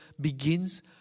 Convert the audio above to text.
begins